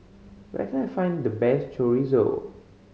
where can I find the best Chorizo